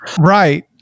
Right